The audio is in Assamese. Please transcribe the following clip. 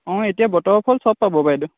অঁ এতিয়া বতৰৰ ফল সব পাব বাইদেউ